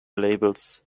labels